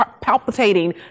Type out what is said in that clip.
Palpitating